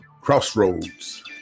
crossroads